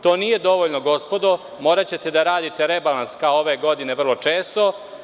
To nije dovoljno gospodo, moraćete da radite rebalans, kao ove godine, vrlo često.